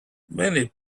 many